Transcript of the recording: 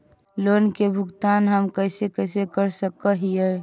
Loan के भुगतान हम कैसे कैसे कर सक हिय?